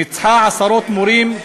מרגש.